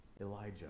Elijah